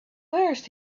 first